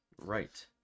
Right